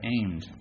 aimed